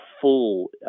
full